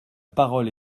parole